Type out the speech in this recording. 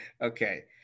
Okay